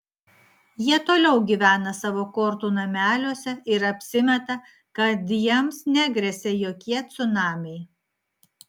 jie toliau gyvena savo kortų nameliuose ir apsimeta kad jiems negresia jokie cunamiai